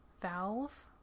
valve